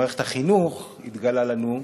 במערכת החינוך זה התגלה לנו,